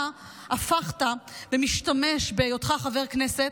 אתה משתמש בהיותך חבר כנסת,